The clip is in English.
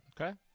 Okay